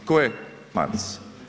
Tko je Maras?